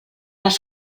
els